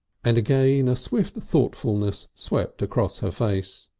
and again a swift thoughtfulness swept across her face.